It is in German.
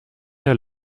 der